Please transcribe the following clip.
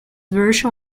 version